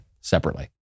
separately